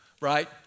right